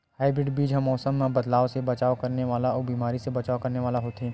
hybrid बीज हा मौसम मे बदलाव से बचाव करने वाला अउ बीमारी से बचाव करने वाला होथे